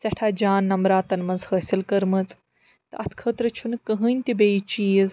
سٮ۪ٹھاہ جان نمبراتن منٛز حٲصِل کٔرمٕژ تہٕ اَتھ خٲطرٕ چھُنہٕ کٕہٲنۍ تہِ بیٚیہِ چیٖز